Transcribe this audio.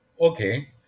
Okay